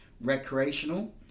recreational